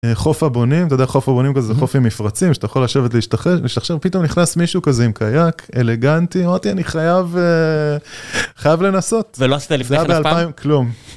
חוף הבונים, אתה יודע חוף הבונים זה כזה חוף עם מפרצים שאתה יכול לשבת להשתכשך ושעכשיו פתאום נכנס מישהו כזה עם קייק אלגנטי אמרתי אני חייב לנסות, זה היה באלפיים, כלום.